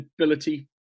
ability